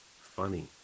Funny